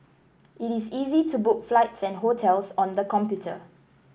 it is easy to book flights and hotels on the computer